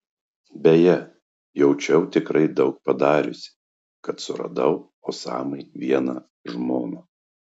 beje jaučiau tikrai daug padariusi kad suradau osamai vieną žmoną